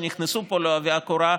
שנכנסו פה בעובי הקורה,